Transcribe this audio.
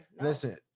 Listen